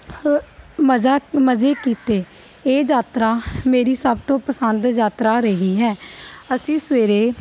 ਮਜ਼ਾ ਮਜ਼ੇ ਕੀਤੇ ਇਹ ਯਾਤਰਾ ਮੇਰੀ ਸਭ ਤੋਂ ਪਸੰਦ ਯਾਤਰਾ ਰਹੀ ਹੈ ਅਸੀਂ ਸਵੇਰੇ